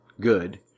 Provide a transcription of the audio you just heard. good